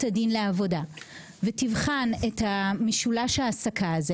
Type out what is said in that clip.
הדין לעבודה ותבחן את משולש ההעסקה הזה